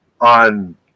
on